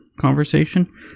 conversation